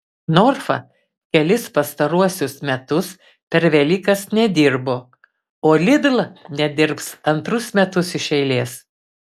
norfa kelis pastaruosius metus per velykas nedirbo o lidl nedirbs antrus metus iš eilės